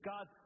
God